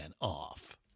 off